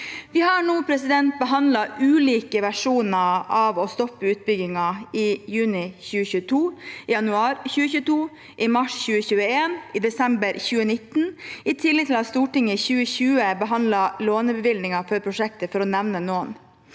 Vi har nå behandlet ulike versjoner av å stoppe utbyggingen – i juni 2022, i januar 2022, i mars 2021 og i desember 2019. I tillegg har Stortinget i 2020 behandlet lånebevilgningen for prosjektet, for å nevne noe.